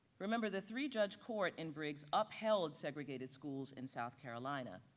remember, the three-judge court in briggs upheld segregated schools in south carolina,